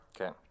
Okay